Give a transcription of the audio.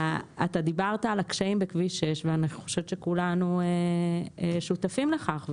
דיברת על הקשיים בכביש 6 ואני חושבת שכולנו שותפים לכך,